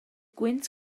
gwynt